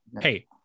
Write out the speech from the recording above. hey